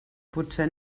potser